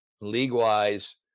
league-wise